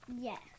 Yes